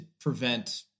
prevent